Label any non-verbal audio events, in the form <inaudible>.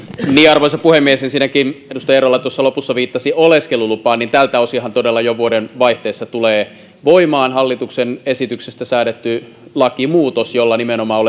arvoisa puhemies ensinnäkin edustaja eerola tuossa lopussa viittasi oleskelulupaan ja tältä osinhan todella jo vuodenvaihteessa tulee voimaan hallituksen esityksestä säädetty lakimuutos jolla nimenomaan <unintelligible>